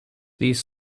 these